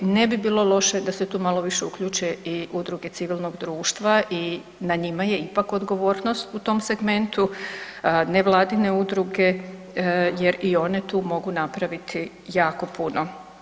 Ne bi bilo loše da se tu malo više uključe i udruge civilnog društva i na njima je ipak odgovornost u tom segmentu, nevladine udruge jer i one tu mogu napraviti jako puno.